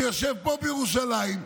שיושב פה בירושלים,